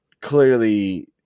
clearly